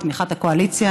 בתמיכת הקואליציה,